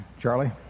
charlie